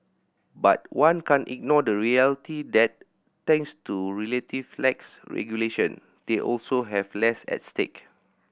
but one can't ignore the reality that thanks to relative lax regulation they also have less at stake